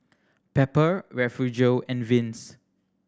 Pepper Refugio and Vince